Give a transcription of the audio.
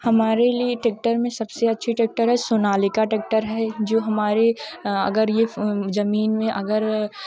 हमारे लिए ट्रेक्टर में सबसे अच्छी ट्रेक्टर है सोनालिका ट्रेक्टर है जो हमारे अगर ये ज़मीन में अगर